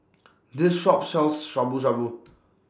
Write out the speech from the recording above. This Shop sells Shabu Shabu